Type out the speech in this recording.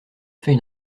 fait